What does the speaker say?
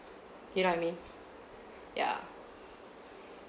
you know what I mean yeah